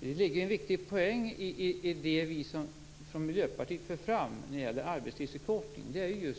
Det ligger en viktig poäng i det som vi från Miljöpartiet för fram när det gäller arbetstidsförkortning.